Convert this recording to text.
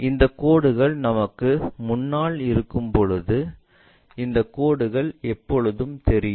இந்த கோடுகள் நமக்கு முன்னால் இருக்கும்போது இந்த கோடுகள் எப்போதும் தெரியும்